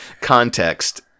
Context